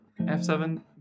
F7